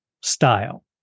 style